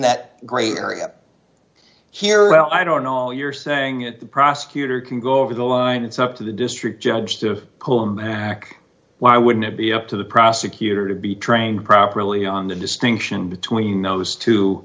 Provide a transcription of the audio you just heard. that great area here i don't know you're saying it the prosecutor can go over the line it's up to the district judge to cool him back why wouldn't it be up to the prosecutor to be trained properly on the distinction between those two